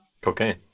Cocaine